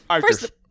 first